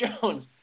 Jones